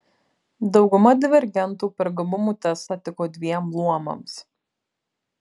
dauguma divergentų per gabumų testą tiko dviem luomams